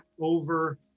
over